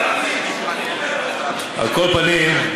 על כל פנים,